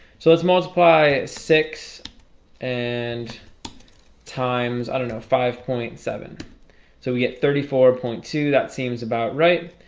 so let's multiply six and times i don't know five point seven so we get thirty four point two that seems about right